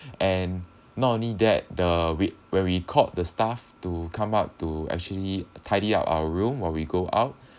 and not only that the we've where we called the staff to come up to actually tidy up our room while we go out